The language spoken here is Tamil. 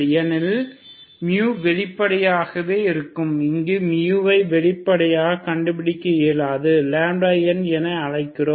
ஏனெனில் வெளிப்படையாகவே இருக்கும் இங்கு ஐ வெளிப்படையாக கண்டுபிடிக்க இயலாது n என அழைக்கிறீர்கள்